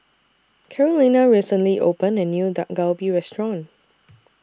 Carolina recently opened A New Dak Galbi Restaurant